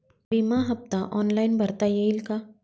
विमा हफ्ता ऑनलाईन भरता येईल का?